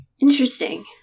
interesting